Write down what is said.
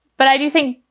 but i do think,